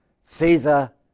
Caesar